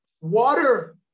Water